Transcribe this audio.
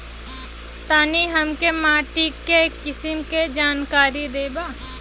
तनि हमें माटी के किसीम के जानकारी देबा?